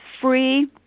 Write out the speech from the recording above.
free